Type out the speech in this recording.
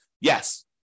Yes